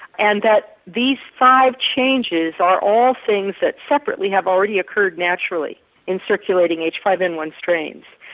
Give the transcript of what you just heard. and that these five changes are all things that separately have already occurred naturally in circulating h five n one strains.